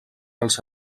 als